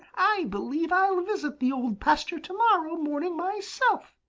i believe i'll visit the old pasture to-morrow morning myself,